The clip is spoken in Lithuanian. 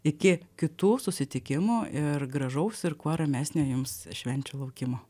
iki kitų susitikimų ir gražaus ir kuo ramesnio jums švenčių laukimo